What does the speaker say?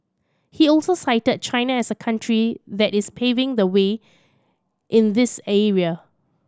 he also cited China as a country that is paving the way in this area